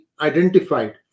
Identified